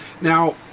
Now